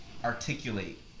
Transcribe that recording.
Articulate